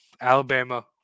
Alabama